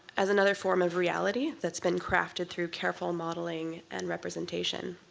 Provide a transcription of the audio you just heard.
as another form of reality that's been crafted through careful modeling and representation.